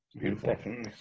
beautiful